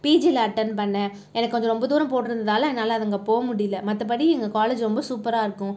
பிஜியில் attend பண்ணிணேன் எனக்கு கொஞ்சம் ரொம்ப தூரம் போட்டிருந்ததனால என்னால் அங்கே போக முடியலை மற்றபடி எங்கள் காலேஜ் ரொம்ப சூப்பராக இருக்கும்